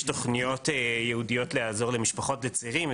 יש תוכניות ייעודיות לעזור למשפחות ולצעירים.